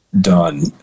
done